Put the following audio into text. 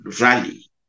rally